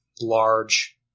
large